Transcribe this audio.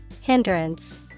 Hindrance